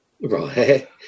Right